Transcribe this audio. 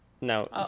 no